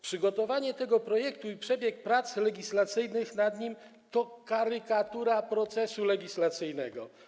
Przygotowanie tego projektu i przebieg prac legislacyjnych nad nim to karykatura procesu legislacyjnego.